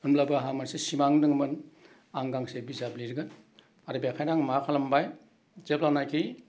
होमब्लाबो आहा मोनसे सिमां दोंमोन आं गांसे बिजाब लिरगोन आरो बेखायनो आं मा खालामबाय जेब्लानाखि